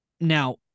Now